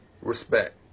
Respect